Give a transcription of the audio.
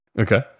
Okay